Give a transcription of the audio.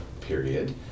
period